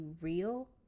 real